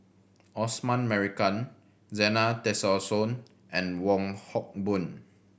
Osman Merican Zena Tessensohn and Wong Hock Boon